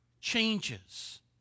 changes